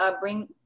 bring